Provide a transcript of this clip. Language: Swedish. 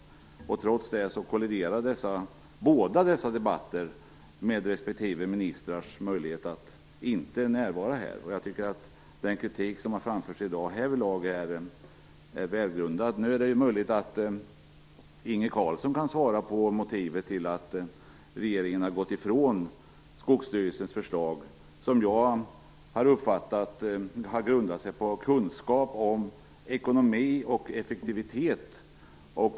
Trots detta kolliderar båda dessa debatter med respektive ministrars möjlighet att närvara här. Den kritik som har framförts här i dag är välgrundad. Nu är det möjligt att Inge Carlsson kan svara på frågan vad som är motivet till att regeringen har gått ifrån Skogsstyrelsens förslag som - såvitt jag har uppfattat det - har grundat sig på kunskap om ekonomi och effektivitet.